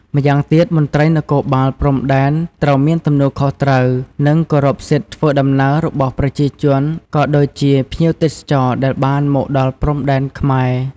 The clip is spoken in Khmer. ម្យ៉ាងទៀតមន្រ្តីនគរបាលព្រំដែនត្រូវមានទំនួលខុសត្រូវ និងគោរពសិទ្ធិធ្វើដំណើររបស់ប្រជាជនក៏ដូចជា ភ្ញៀវទេសចរណ៍ដែលបានមកដល់ព្រំដែនខ្មែរ។